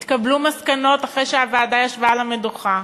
התקבלו מסקנות אחרי שהוועדה ישבה על המדוכה,